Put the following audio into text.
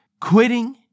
Quitting